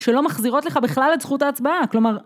שלא מחזירות לך בכלל את זכות ההצבעה, כלומר...